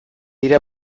dira